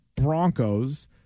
Broncos